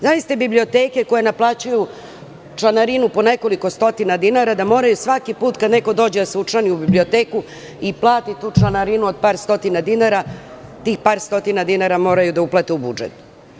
Zamislite biblioteke, koje naplaćuju članarinu po nekoliko stotina dinara, da moraju svaki put kada neko dođe da se učlani u biblioteku i plati tu članarinu od par stotina dinara, tih par stotina dinara moraju da uplate u budžet.